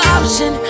option